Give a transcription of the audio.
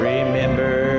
Remember